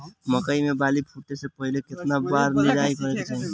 मकई मे बाली फूटे से पहिले केतना बार निराई करे के चाही?